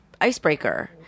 icebreaker